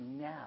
now